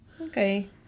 Okay